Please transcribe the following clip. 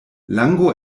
lango